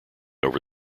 over